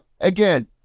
Again